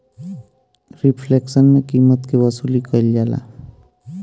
reflection में कीमत के वसूली कईल जाला